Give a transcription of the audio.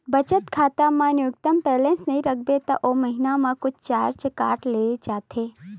बचत खाता म न्यूनतम बेलेंस नइ राखबे त ओ महिना म कुछ चारज काट ले जाथे